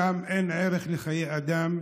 ששם אין ערך לחיי אדם,